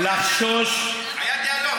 היה דיאלוג.